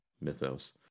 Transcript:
mythos